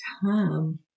time